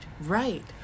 right